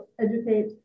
educate